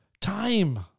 Time